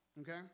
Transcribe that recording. Okay